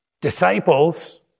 Disciples